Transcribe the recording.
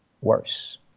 worse